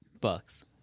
Bucks